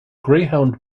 greyhound